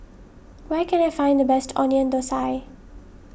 where can I find the best Onion Thosai